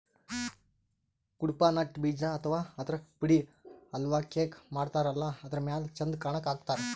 Cuddapah nut ಬೀಜ ಅಥವಾ ಆದ್ರ ಪುಡಿ ಹಲ್ವಾ, ಕೇಕ್ ಮಾಡತಾರಲ್ಲ ಅದರ್ ಮ್ಯಾಲ್ ಚಂದ್ ಕಾಣಕ್ಕ್ ಹಾಕ್ತಾರ್